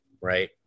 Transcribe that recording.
right